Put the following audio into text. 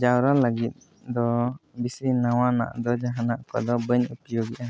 ᱡᱟᱣᱨᱟ ᱞᱟᱹᱜᱤᱫ ᱫᱚ ᱵᱤᱥᱤ ᱱᱟᱣᱟᱱᱟᱜ ᱫᱚ ᱡᱟᱦᱟᱱᱟᱜ ᱠᱚᱫᱚ ᱵᱟᱹᱧ ᱚᱯᱭᱳᱜᱮᱼᱟ